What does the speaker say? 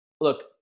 look